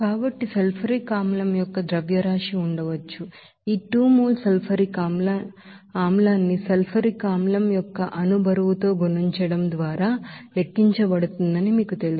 కాబట్టి సల్ఫ్యూరిక్ ఆమ్లం యొక్క ద్రవ్యరాశి ఉండవచ్చు ఈ 2 మోల్ సల్ఫ్యూరిక్ ఆమ్లాన్ని సల్ఫ్యూరిక్ ಆಸಿಡ್ యొక్క ಮೊಲೆಕ್ಯುಲರ್ ವೆಯಿಟ್అణు బరువుతో గుణించడం ద్వారా లెక్కించబడుతుందని మీకు తెలుసు